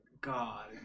God